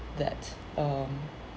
that um